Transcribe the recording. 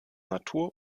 natur